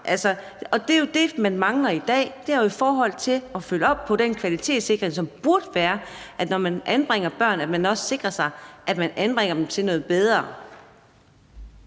det er jo det, man mangler i dag. Det er jo det her med at følge op på den kvalitetssikring, som burde være sådan, at man, når man anbringer børn, også sikrer sig, at man anbringer dem til noget bedre.